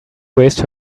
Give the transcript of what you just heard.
waste